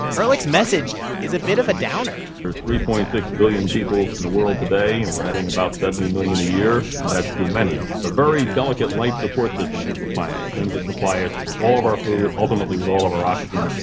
ehrlich's message is a bit of a downer there are three point six billion people in the world today. and we're adding about seventy million a year. and that's too many. the very delicate life-support systems of the planet, the things that supply us with all of our food, ultimately, with all of our oxygen,